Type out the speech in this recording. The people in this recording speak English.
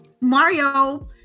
Mario